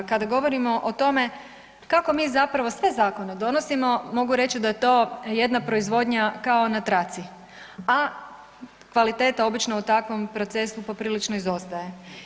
Kada govorimo o tome kako mi zapravo sve zakone donosimo mogu reći da je to jedna proizvodnja kao na traci, a kvaliteta obično u takvom procesu poprilično izostaje.